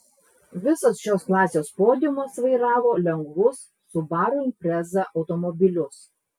visas šios klasės podiumas vairavo lengvus subaru impreza automobilius